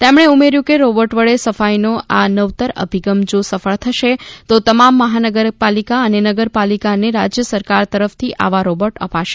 તેમણે ઉમેર્યું કે રોબોટ વડે સફાઈનો આ નવતર અભિગમ જો સફળ થશે તો તમામ મહાનગરપાલિકા અને નગરપાલિકાને રાજ્ય સરકાર તરફથી આવા રોબોટ અપાશે